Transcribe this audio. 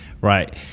Right